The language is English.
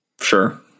Sure